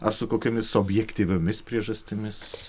ar su kokiomis objektyviomis priežastimis